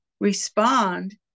respond